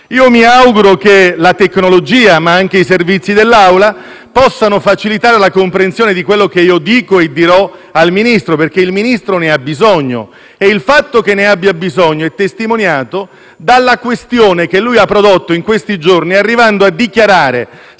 Mi auguro che la tecnologia, nonché i servizi dell'Aula possano facilitare la comprensione di quello che io sto dicendo e dirò al Ministro, perché il Ministro ne ha bisogno. Il fatto che ne abbia bisogno è testimoniato dalla questione che lui stesso ha contribuito a far nascere in questi giorni, arrivando a dichiarare